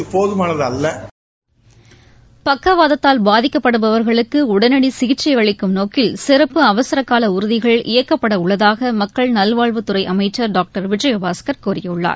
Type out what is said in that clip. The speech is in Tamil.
இது போதமானது அல்ல பக்கவாதத்தால் பாதிக்கப்படுபவர்களுக்கு உடனடி சிகிச்சை அளிக்கும் நோக்கில் சிறப்பு அவசர கால ஊர்திகள் இயக்கப்பட உள்ளதாக மக்கள் நல்வாழ்வுத் துறை அமைச்சர் டாக்டர் விஜயபாஸ்கர் கூறியுள்ளார்